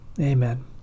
amen